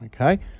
Okay